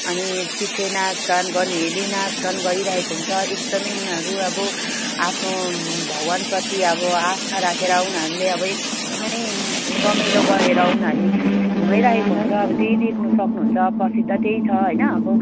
अनि पछि नाचगान गर्नेहरूले नाचगान गरिरहेको हुन्छ एकदम उनीहरू अब आफ्नो भगवान्प्रति अब आस्था राखेर उनीहरूले अब एकदम रमाइलो गरेर उनीहरूले घुमाइरहेको हुन्छ अब त्यही देख्नु सक्नु हुन्छ प्रसिद्ध त्यही छ होइन अब